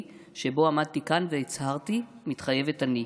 שבו עמדתי כאן והצהרתי "מתחייבת אני",